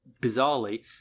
bizarrely